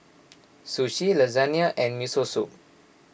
Sushi Lasagna and Miso Soup